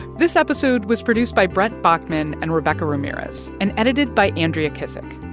this episode was produced by brent baughman and rebecca ramirez and edited by andrea kissack.